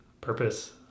purpose